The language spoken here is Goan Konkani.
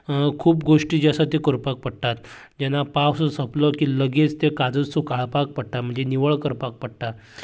खूब गोश्टी ज्यो आसात त्यो करपाक पडटात जेन्ना पावस सोंपलो की लगेच ते काजू सुकाळपाक पडटा म्हणजे निवळ करपाक पडटा